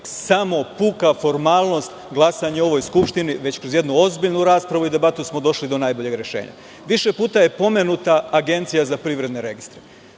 samo puka formalnost glasanje u ovoj Skupštini, već smo kroz jednu ozbiljnu raspravu i debatu došli do najboljeg rešenja. Više puta je pomenuta Agencija za privredne registre.